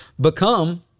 become